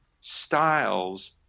styles